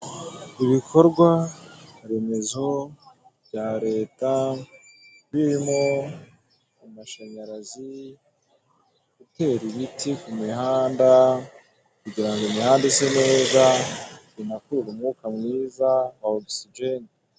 Ibikorwaremezo bya leta birimo amashanyarazi gutera ibiti ku mihanda kugira ngo imihanda isa neza inakurure umwuka mwiza wa ogisijeni.